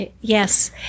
Yes